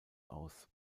aus